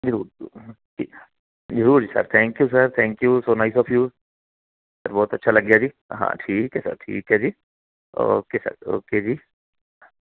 ਜ਼ਰੂਰ ਜ਼ਰੂਰ ਠੀਕ ਆ ਜ਼ਰੂਰ ਜੀ sir thank you sir thank you so nice of you sir ਬਹੁਤ ਅੱਛਾ ਲੱਗਿਆ ਜੀ ਹਾਂ ਠੀਕ ਹੈ ਸਰ ਠੀਕ ਹੈ ਜੀ ਓਕੇ ਸਰ ਓਕੇ ਜੀ